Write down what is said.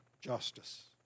justice